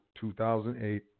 2008